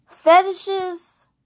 Fetishes